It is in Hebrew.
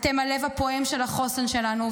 אתם הלב הפועם של החוסן שלנו,